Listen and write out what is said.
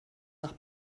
nach